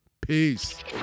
Peace